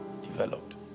developed